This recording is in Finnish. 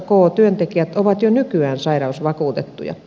työntekijät ovat jo nykyään sairausvakuutettuja